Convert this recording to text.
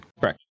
Correct